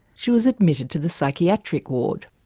she was admitted to the psychiatric ward.